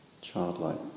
childlike